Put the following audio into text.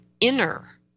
inner